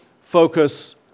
focus